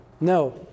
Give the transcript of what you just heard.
no